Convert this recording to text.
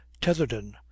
Tetherden